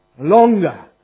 longer